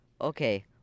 Okay